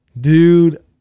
Dude